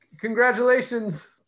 congratulations